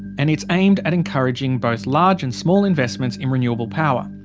and it's aimed at encouraging both large and small investments in renewable power.